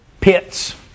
pits